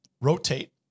rotate